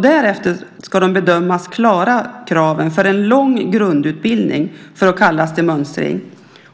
Därefter ska de bedömas klara kraven för en lång grundutbildning för att kallas till mönstring.